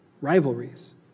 rivalries